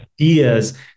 ideas